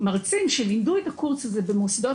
מרצים שלימדו את הקורס הזה במוסדות